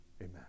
Amen